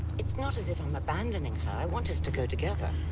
it's not as if i'm abandoning her i want us to go together.